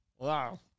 Wow